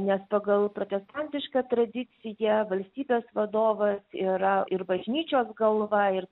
nes pagal protestantišką tradiciją valstybės vadovas yra ir bažnyčios galva ir